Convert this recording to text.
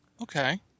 okay